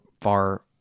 far